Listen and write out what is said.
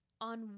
on